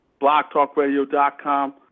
BlockTalkRadio.com